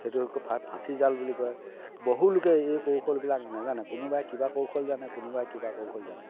সেইটোক আকৌ ফা ফাঁচি জাল বুলি কয় বহুলোকে এই কৌশলবিলাক নেজানে কোনোবাই কিবা কৌশল জানে কোনোবাই কিবা কৌশল জানে